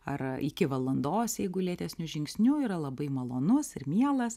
ar iki valandos jeigu lėtesniu žingsniu yra labai malonus ir mielas